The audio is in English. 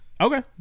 Okay